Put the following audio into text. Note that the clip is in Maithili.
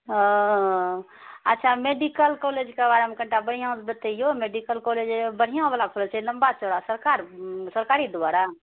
ओ अच्छा मेडिकल कॉलेजके बारेमे कनिटा बढ़िआसंँ बतैऔ मेडिकल कॉलेज बढ़िआँवला कॉलेज छै लम्बा चौड़ा सरकारी सरकार द्वारा